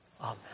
Amen